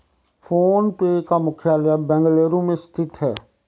phone पे का मुख्यालय बेंगलुरु में स्थित है